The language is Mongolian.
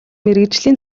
мэргэжлийн